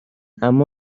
اما